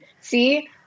see